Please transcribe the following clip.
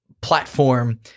platform